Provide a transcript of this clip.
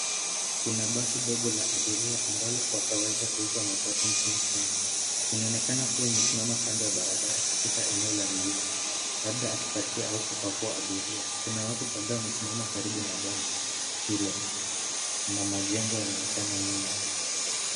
Kuna basi ndogo la abiria ambalo kwa kawaida huitwa matatu nchini kenya. Inaonekana kuwa imesimama kando ya barabara katika eneo la mjini labda akipakia au kupakua abiria. Kuna watu kadhaa wamesimama karibu na basi hilo na majengo yanaonekana nyuma.